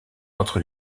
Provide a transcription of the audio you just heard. entre